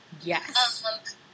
Yes